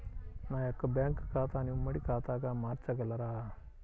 నా యొక్క బ్యాంకు ఖాతాని ఉమ్మడి ఖాతాగా మార్చగలరా?